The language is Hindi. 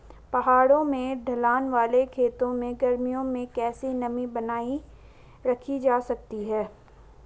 पहाड़ों में ढलान वाले खेतों में गर्मियों में कैसे नमी बनायी रखी जा सकती है?